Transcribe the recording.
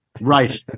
Right